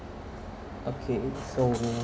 okay so